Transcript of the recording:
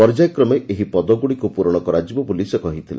ପର୍ଯ୍ୟାୟ କ୍ରମେ ଏହି ପଦଗୁଡ଼ିକୁ ପୂରଣ କରାଯିବ ବୋଲି ସେ କହିଥିଲେ